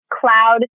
Cloud